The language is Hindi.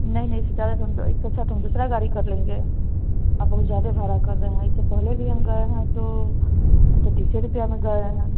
नहीं नहीं इससे ज्यादा हम तो इससे अच्छा तो हम दूसरा गाड़ी कर लेंगे आप बहुत ज्यादा भाड़ा कह रहे हैं इससे पहले भी हम गए हैं तो हम तो तीसे रुपये में गए हैं